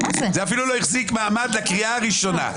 זה אפילו לא החזיק מעמד בקריאה הראשונה.